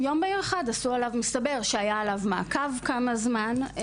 ביום בהיר אחד, מסתבר שהיה עליו מעקב כמה זמן.